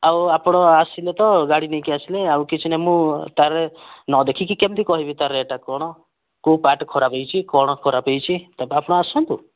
ଆଉ ଆପଣ ଆସିଲେ ତ ଗାଡ଼ି ନେଇକି ଆସିଲେ ଆଉ କିଛି ନାହିଁ ମୁଁ ତାର ନଦେଖିକି କେମିତି କହିବି ତାର ଏଟା କ'ଣ କେଉଁ ପାର୍ଟ ଖରାପ ହେଇଛି କ'ଣ ଖରାପ ହେଇଛି ଆପଣ ଆସନ୍ତୁ